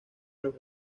los